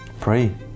Pray